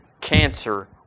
cancer